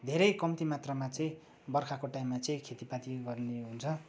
धेरै कम्ती मात्रमा चाहिँ बर्खाको टाइममा चाहिँ खेतीपाती गर्ने हुन्छ